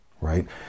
right